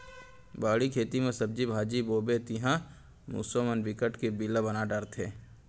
बाड़ी, खेत म सब्जी भाजी बोबे तिंहा मूसवा मन बिकट के बिला बना डारथे